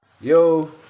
Yo